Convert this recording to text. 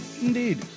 Indeed